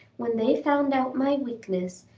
when they found out my weakness,